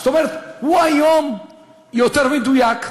זאת אומרת, היום הוא יותר מדויק,